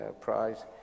prize